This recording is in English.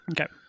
Okay